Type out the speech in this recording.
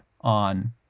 on